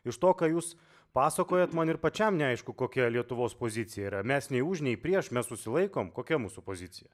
iš to ką jūs pasakojot man ir pačiam neaišku kokia lietuvos pozicija yra mes nei už nei prieš mes susilaikom kokia mūsų pozicija